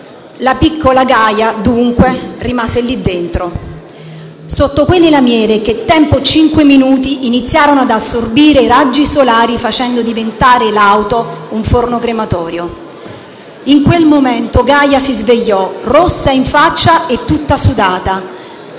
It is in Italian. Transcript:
La piccola Gaia, dunque, rimase lì dentro, sotto quelle lamiere che nel giro di cinque minuti iniziarono ad assorbire i raggi solari, facendo diventare l'auto un forno crematorio. In quel momento Gaia si svegliò rossa in faccia e tutta sudata.